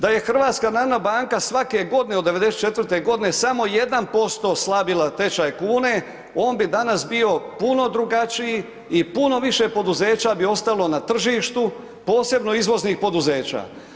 Da je HNB svake godine od '94. godine samo 1% slabila tečaj kune on bi danas bio puno drugačiji i puno više poduzeća bi ostalo na tržištu, posebno izvoznih poduzeća.